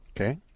Okay